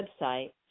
website